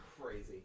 crazy